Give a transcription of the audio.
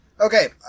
Okay